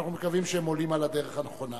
ואנחנו מקווים שהם עולים על הדרך הנכונה.